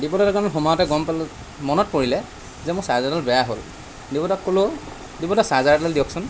দিব্যদা দোকানত সোমাওঁতে গম পালোঁ মনত পৰিলে যে মোৰ চাৰ্জাৰডাল বেয়া হ'ল দিব্যদাক ক'লোঁ দিব্যদা চাৰ্জাৰ এডাল দিয়কচোন